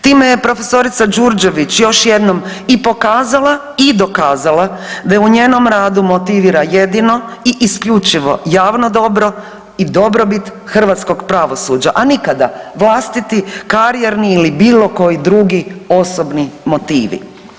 Time je profesorica Đurđević još jednom i pokazala i dokazala da je u njenom radu motivira jedino i isključivo javno dobro i dobrobit hrvatskog pravosuđa, a nikada vlastiti karijerni ili bilo koji drugi osobni motivi.